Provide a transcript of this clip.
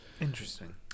interesting